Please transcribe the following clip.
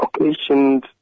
occasioned